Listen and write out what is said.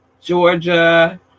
Georgia